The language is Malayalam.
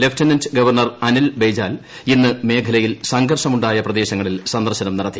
ലഫ്റ്റനന്റ് ഗവർണർ അനീൽ ബയ്ജാൽ ഇന്ന് മേഖലയിൽ സംഘർഷം ഉണ്ടായ പ്രദേശങ്ങളിൽ സന്ദർശനം നടത്തി